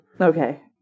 Okay